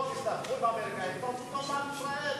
לא תסתבכו עם האמריקנים, לעם ישראל.